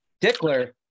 Dickler